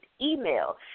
email